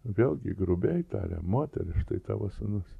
vėlgi grubiai tarė moteris štai tavo sūnus